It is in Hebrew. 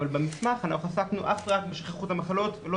אבל במסמך אנחנו עסקנו אך ורק בשכיחות המחלות ולא